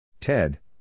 Ted